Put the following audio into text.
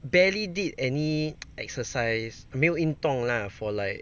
barely did any exercise 没有运动 lah for like